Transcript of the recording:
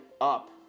up